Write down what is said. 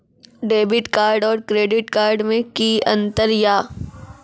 Debit card और credit card मे कि अंतर या?